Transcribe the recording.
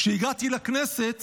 כשהגעתי לכנסת